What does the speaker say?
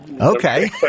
Okay